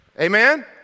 Amen